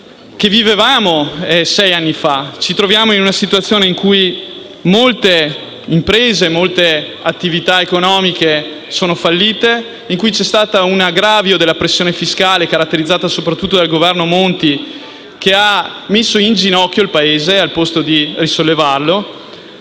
che vivevamo sei anni fa. Ci troviamo in una situazione in cui molte imprese e molte attività economiche sono fallite, in cui vi è stato un aggravio della pressione fiscale (soprattutto sotto il Governo Monti), che ha messo in ginocchio il Paese invece di risollevarlo.